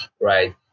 right